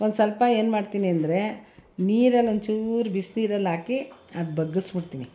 ಒಂದು ಸ್ವಲ್ಪ ಏನ್ಮಾಡ್ತೀನಿ ಅಂದರೆ ನೀರಲ್ಲಿ ಒಂಚೂರು ಬಿಸ್ನೀರಲ್ಲಿ ಹಾಕಿ ಅದು ಬಗ್ಗಿಸ್ಬಿಡ್ತೀನಿ